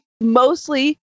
mostly